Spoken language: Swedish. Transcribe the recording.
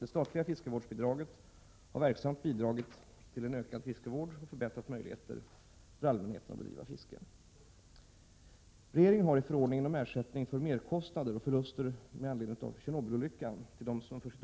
Det statliga fiskevårdsbidraget har verksamt bidragit till en ökad fiskevård och förbättrade möjligheter för allmänheten att bedriva fiske.